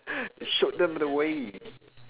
you showed them the way